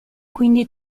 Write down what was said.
quindi